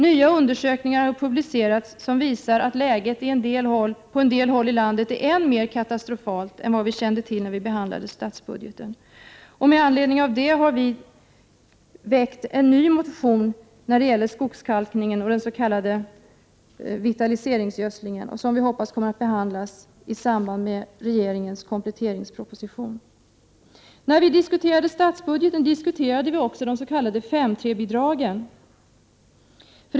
Nya undersökningar har publicerats som visar att läget på en del håll i landet är mera katastrofalt än vad vi kände till när vi behandlade statsbudgeten. Med anledning härav har vi väckt en ny motion om skogskalkningen och den s.k. vitaliseringsgödslingen, som vi hoppas kommer att behandlas i samband med regeringens kompletteringsproposition. När vi diskuterade statsbudgeten diskuterade vi också de s.k. 5:3 bidragen.